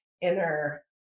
inner